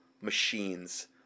machines